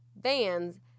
Vans